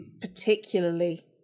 particularly